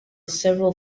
several